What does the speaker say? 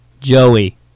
Joey